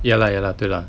ya lah ya lah 对 lah